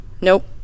nope